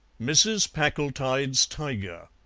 mrs. packletide's tiger